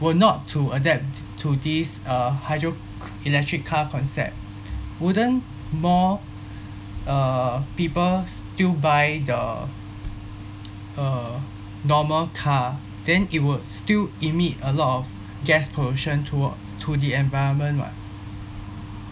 were not to adapt t~ to these uh hydroelectric car concept wouldn't more uh people still buy the uh normal car then it would still emit a lot of gas pollution towa~ to the environment [what]